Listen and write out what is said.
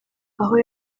aho